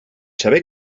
saber